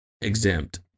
exempt